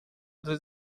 lista